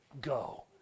go